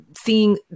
seeing